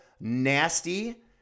nasty